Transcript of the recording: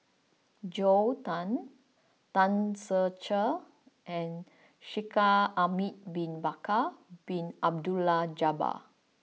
Joel Tan Tan Ser Cher and Shaikh Ahmad bin Bakar Bin Abdullah Jabbar